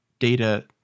data